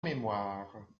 mémoire